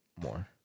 more